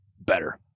better